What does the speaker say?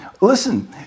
Listen